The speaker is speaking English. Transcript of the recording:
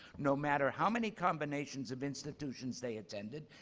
no matter how many combinations of institutions they attended,